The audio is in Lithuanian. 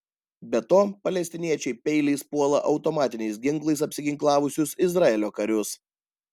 be to palestiniečiai peiliais puola automatiniais ginklais apsiginklavusius izraelio karius